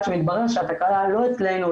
עד שהתברר שהתקלה לא אצלנו,